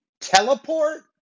teleport